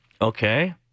Okay